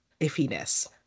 iffiness